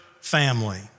family